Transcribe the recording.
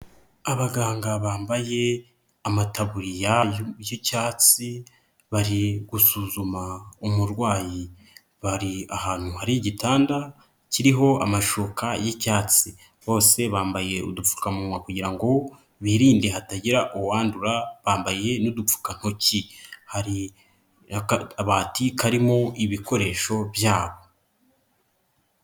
Abaganga bambaye amataburiya y'icyatsi bari gusuzuma umurwayi bari ahantu hari igitanda kiriho amashuka y'icyatsi, bose bambaye udupfukamunwa kugirango ngo birinde hatagira uwandura bambaye n'udupfukantoki hari n'akabati karimo ibikoresho byabo.